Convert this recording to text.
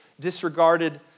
disregarded